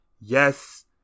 yes